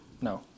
No